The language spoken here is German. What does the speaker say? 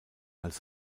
als